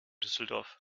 düsseldorf